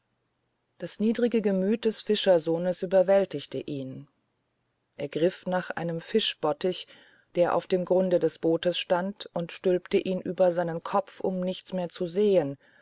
das niedrige gemüt des fischersohnes überwältigte ihn er griff nach einem fischbottich der auf dem grunde des bootes stand und stülpte ihn über seinen kopf um nichts mehr zu sehen